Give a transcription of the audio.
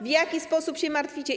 W jaki sposób się martwicie?